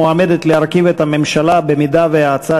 המועמדת להרכיב את הממשלה במידה שההצעה